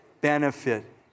Benefit